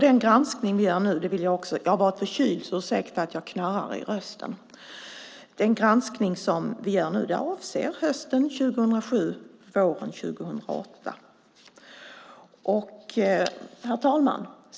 Den granskning som vi gör nu avser hösten 2007 och våren 2008.